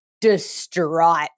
distraught